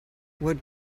what